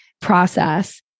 process